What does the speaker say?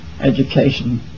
Education